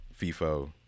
FIFO